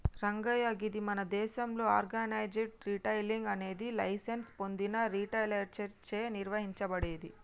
రంగయ్య గీది మన దేసంలో ఆర్గనైజ్డ్ రిటైలింగ్ అనేది లైసెన్స్ పొందిన రిటైలర్లచే నిర్వహించబడేది